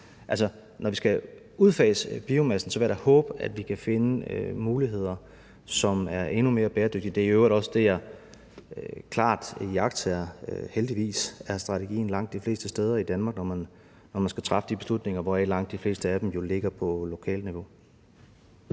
når vi skal udfase biomasse, vil jeg da håbe, at vi kan finde muligheder, som er endnu mere bæredygtige. Det er i øvrigt også det, jeg klart iagttager. Heldigvis er det strategien langt de fleste steder i Danmark, når man skal træffe de beslutninger, hvoraf langt de fleste træffes på lokalt niveau.